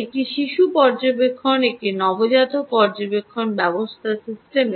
একটি শিশু পর্যবেক্ষণ একটি নবজাতক পর্যবেক্ষণ ব্যবস্থা সিস্টেম